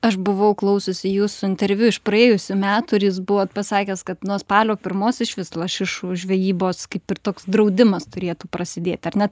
aš buvau klausiusi jūsų interviu iš praėjusių metų ir jis buvot pasakęs kad nuo spalio pirmos išvis lašišų žvejybos kaip ir toks draudimas turėtų prasidėti ar ne